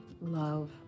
love